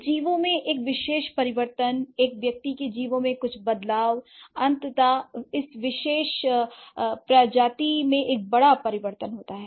कुछ जीवों में एक विशेष परिवर्तन एक व्यक्ति के जीवों में कुछ बदलाव अंततः इस विशेष प्रजाति में एक बड़ा परिवर्तन होता है